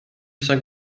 saint